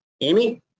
Amy